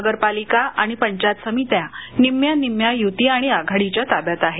नगरपालिका आणिपंचायतसमित्या निम्म्या निम्म्या युती आणि आघाडीच्या ताब्यात आहेत